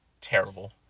Terrible